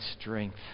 strength